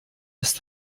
ist